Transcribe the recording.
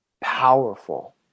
powerful